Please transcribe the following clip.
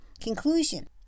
Conclusion